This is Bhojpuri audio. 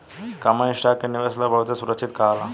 कॉमन स्टॉक के निवेश ला बहुते सुरक्षित कहाला